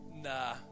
nah